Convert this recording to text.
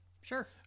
Sure